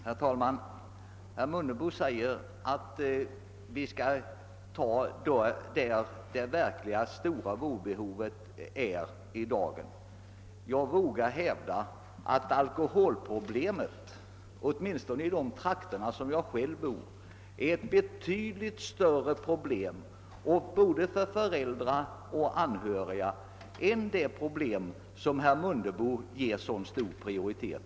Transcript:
Herr talman! Herr Mundebo säger att vi skall göra insatsen på det område där det verkligt stora vårdbehovet i dag finns. Jag vågar hävda att alkoholproblemet — åtminstone i de trakter där jag själv bor — är ett betydligt större problem för föräldrar och andra anhöriga än det problem som herr Mundebo ger så stor prioritet.